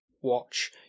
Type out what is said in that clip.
watch